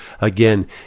again